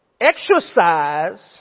Exercise